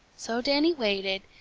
so danny waited,